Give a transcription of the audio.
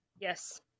Yes